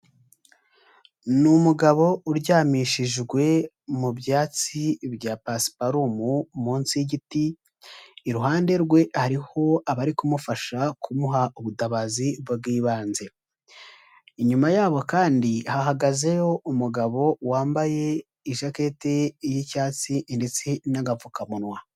Ni umugabo uryamishijwe mu byatsi bya pasiparumu munsi y'igiti, iruhande rwe hariho abari kumufasha kumuha ubutabazi bw'ibanze, inyuma yabo kandi hahagazeho umugabo wambaye ijakete y'icyatsi ndetse n'agapfukamunwa.